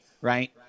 right